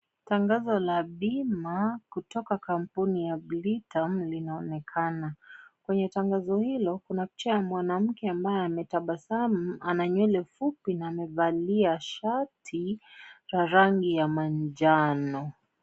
Tnangazo la bima kutoka kampuni ya Britam linaonekana, kwenye tangazo hilo kuna picha ya mwanamke ambaye ametabasamu, ana nywele fupi na amevalia shati la rangi ya manjano.